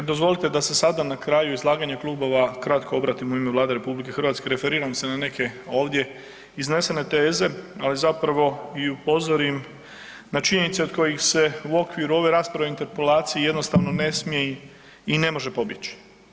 E dozvolite da se sada na kraju izlaganja klubova kratko obratim u ime Vlade RH, referiram se na neke ovdje iznesene teze, ali zapravo i upozorim na činjenice od kojih se u okviru ove rasprave o interpelaciji jednostavno ne smije i ne može pobjeći.